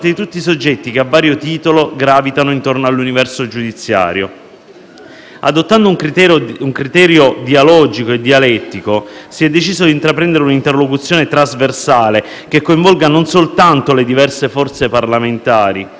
di tutti i soggetti che, a vario titolo, gravitano intorno all'universo giudiziario. Adottando un criterio dialogico e dialettico, si è deciso di intraprendere un'interlocuzione trasversale che coinvolga non soltanto le diverse forze parlamentari,